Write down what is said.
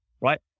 Right